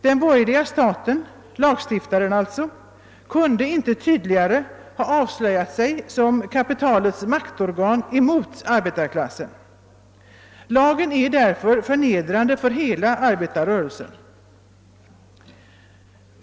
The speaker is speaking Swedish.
Den borgerliga staten — lagstiftaren alltså — kunde inte tydligare ha avslöjat sig som kapitalets maktorgan mot arbetarklassen. Lagen är därför förnedrande för hela arbetarrörelsen.